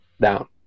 down